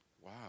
Wow